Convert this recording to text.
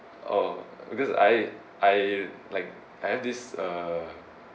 oh because I I like I have this uh